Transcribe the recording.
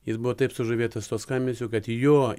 jis buvo taip sužavėtas to skambesio kad jo